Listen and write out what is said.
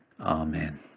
Amen